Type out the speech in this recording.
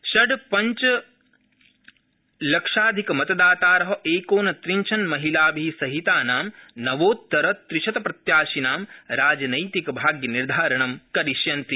षट्पञ्चलक्ष्याधिकमतदातार क्रिोनत्रिंशन्महिलाभि सहितानां नवोत्तरत्रिशतप्रत्याशिनां राजनैतिकभाग्यनिर्धारणं करिष्यन्ति